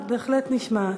את בהחלט נשמעת.